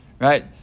right